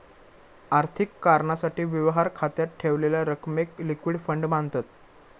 आर्थिक कारणासाठी, व्यवहार खात्यात ठेवलेल्या रकमेक लिक्विड फंड मांनतत